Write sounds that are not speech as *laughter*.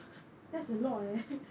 *laughs* that's a lot leh